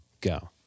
Go